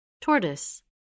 Tortoise